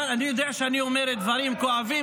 אבל אני יודע שאני אומר לכם דברים כואבים.